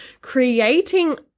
creating